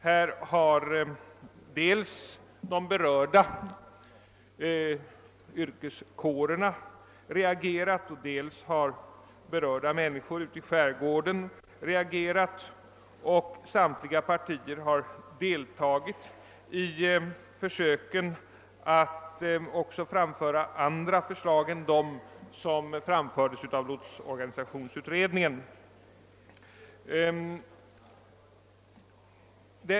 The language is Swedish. Här har dels de berörda yrkeskårerna, dels de berörda människorna ute i skärgården reagerat, och samtliga partier har deltagit i försöken att också framföra andra förslag än de som presenterades av lotsorganisationsutredningen.